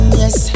yes